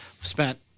spent